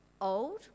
Old